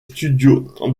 studios